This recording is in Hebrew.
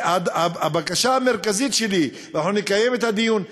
הבקשה המרכזית שלי, אנחנו נקיים את הדיון,